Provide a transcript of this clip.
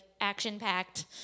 action-packed